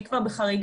אני כבר בחריגה,